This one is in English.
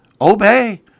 obey